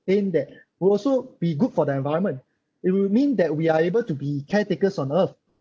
that would also be good for the environment it'll mean that we are able to be caretakers on earth